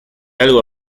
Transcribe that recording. algo